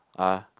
ah